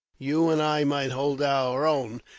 you and i might hold our own,